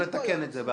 לא, לא ביחד.